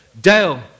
Dale